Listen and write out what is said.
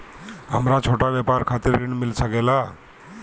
हमरा छोटा व्यापार खातिर ऋण मिल सके ला?